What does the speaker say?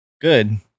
good